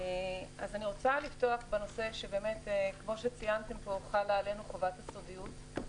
אני רוצה לפתוח בנושא שכמו שציינתם פה חלה עלינו חובת הסודיות.